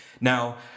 Now